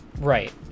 Right